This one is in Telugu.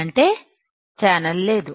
అంటేఛానల్ లేదు